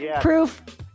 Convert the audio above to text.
Proof